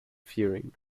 fearing